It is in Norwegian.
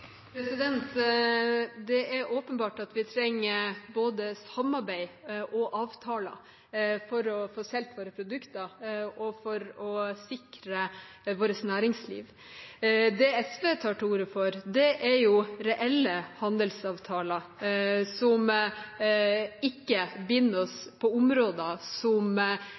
Det er åpenbart at vi trenger både samarbeid og avtaler for å få solgt produktene våre og for å sikre næringslivet vårt. Det SV tar til orde for, er reelle handelsavtaler som ikke binder oss på områder som